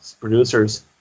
producers